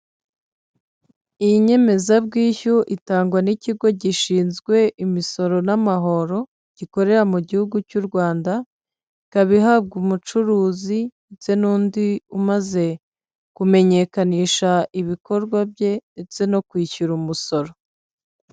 Iyi nyemezabwishyu itangwa n'ikigo gishinzwe imisoro n'amahoro gikorera mu Gihugu cy'u Rwanda ikaba ihabwa umucuruzi ndetse n'undi umaze kumenyekanisha ibikorwa bye ndetse no kwishyura umusoro.